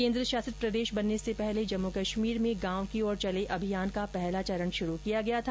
केन्द्र शासित प्रदेश बनने से पहले जम्मू कश्मीर में गांव की ओर चलें अभियान का पहला चरण शुरू किया गया था